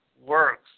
works